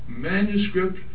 manuscript